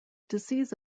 disease